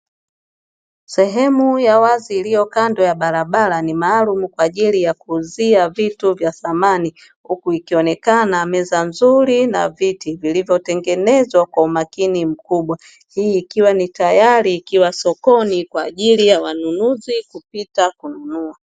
Sehemu ya wazi iliyokando ya barabara ni maalumu kwa ajili ya kuuzia vitu vya samani huku ikionekana meza nzuri, viti vilivyotengenezwa kwa umakini mkubwa, hii ikiwa ni tayari ikiwa sokoni kwa ajili ya wanunuzi kupita kununua.